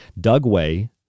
Dugway